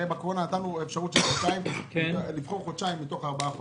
הרי בקורונה נתנו אפשרות לבחור חודשיים מתוך ארבעה חודשים.